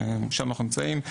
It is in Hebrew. שם אנחנו נמצאים.